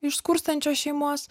iš skurstančios šeimos